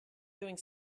doing